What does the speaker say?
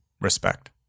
respect